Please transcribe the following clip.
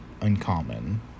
uncommon